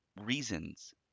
reasons